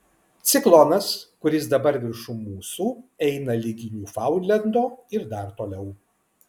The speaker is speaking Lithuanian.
ciklonas kuris dabar viršum mūsų eina ligi niūfaundlendo ir dar toliau